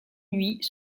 nuit